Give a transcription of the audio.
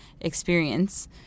experience